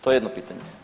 To je jedno pitanje.